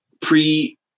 pre